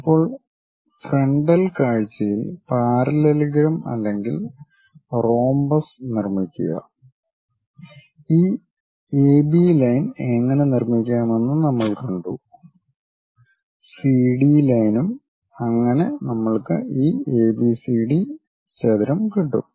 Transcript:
ഇപ്പോൾ ഫ്രണ്ടൽ കാഴ്ചയിൽ പാരലലഗ്രം അല്ലെങ്കിൽ റോംബസ് നിർമ്മിക്കുക ഈ എബി ലൈൻ എങ്ങനെ നിർമ്മിക്കാമെന്ന് നമ്മൾ കണ്ടു സി ഡീ ലൈനും അങ്ങനെ നമ്മൾക്ക് ഈ എബിസിഡി ചതുരം കിട്ടും